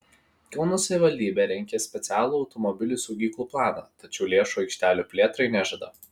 kauno savivaldybė rengia specialų automobilių saugyklų planą tačiau lėšų aikštelių plėtrai nežada